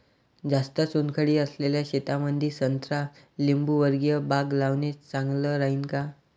जास्त चुनखडी असलेल्या शेतामंदी संत्रा लिंबूवर्गीय बाग लावणे चांगलं राहिन का?